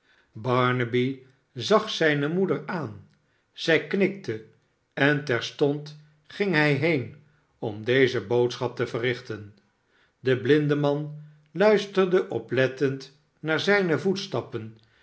barnaby zag zijne moeder aan zij knikte en terstond ging hij heen om deze boodschap te verrichten de blindeman luisterde oplettend naar zijne voetstappen